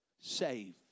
save